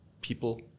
people